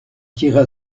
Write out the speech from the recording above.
tira